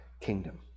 kingdom